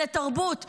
לתרבות ולכלכלה.